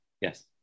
yes